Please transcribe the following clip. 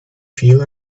feel